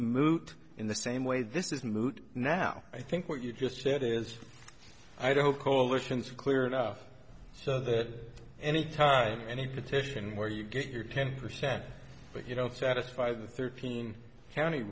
moot in the same way this is moot now i think what you've just said is i don't coalitions clear enough so that any time any protection where you get your ten percent but you don't satisfy the thirteen county